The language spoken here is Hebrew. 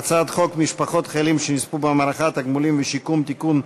הצעת חוק משפחות חיילים שנספו במערכה (תגמולים ושיקום) (תיקון,